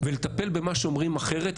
ולטפל במה שאומרים אחרת,